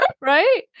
right